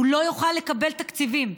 הוא לא יוכל לקבל תקציבים,